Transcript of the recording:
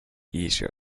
easier